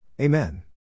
Amen